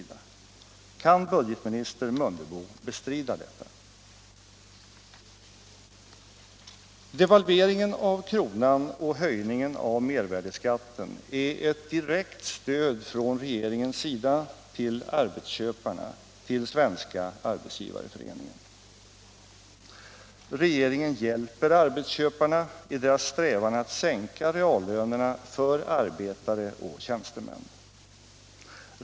Kan budgetminister Mundebo bestrida detta? Devalveringen av kronan och höjningen av mervärdeskatten är ett direkt stöd från regeringens sida till arbetsköparna, till Svenska arbetsgivareföreningen. Regeringen hjälper arbetsköparna i deras strävan att sänka reallönerna för arbetare och tjänstemän.